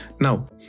Now